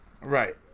Right